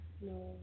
No